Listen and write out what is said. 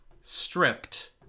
stripped